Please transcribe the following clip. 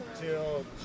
till